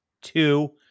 two